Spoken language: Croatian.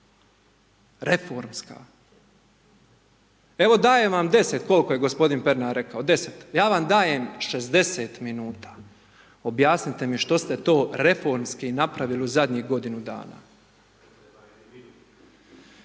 reformska. Evo dajem vam 10, koliko je gospodin Pernar rekao, 10, ja vam daje 60 minuta objasnite mi što ste to reformski napravili u godinu dana.